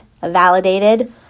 validated